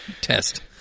test